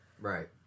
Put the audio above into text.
Right